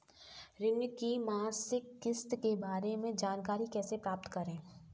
ऋण की मासिक किस्त के बारे में जानकारी कैसे प्राप्त करें?